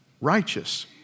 righteous